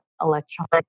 electronic